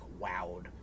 wowed